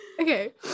okay